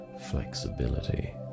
flexibility